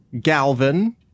Galvin